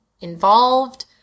involved